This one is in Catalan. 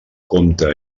compte